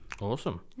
awesome